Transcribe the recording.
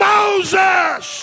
Moses